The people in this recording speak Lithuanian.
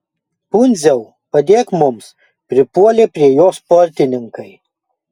pundziau padėk mums pripuolė prie jo sportininkai